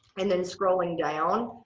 and then scrolling down